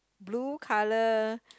blue colour